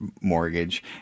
mortgage